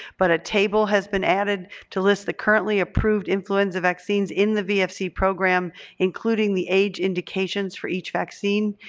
but a table has been added to list the currently approved influenza vaccines in the vfc program including the age indications for each vaccine.